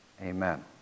Amen